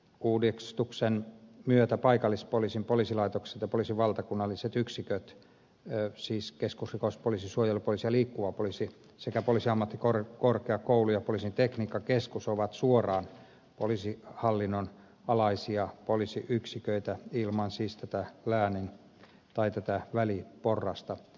uudistuksen myötä paikallispoliisin poliisilaitokset ja poliisin valtakunnalliset yksiköt siis keskusrikospoliisi suojelupoliisi ja liikkuva poliisi sekä poliisiammattikorkeakoulu ja poliisin tekniikkakeskus ovat suoraan poliisihallinnon alaisia poliisiyksiköitä ilman siis tätä väliporrasta